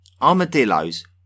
armadillos